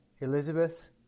Elizabeth